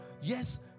yes